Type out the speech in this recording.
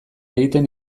egiten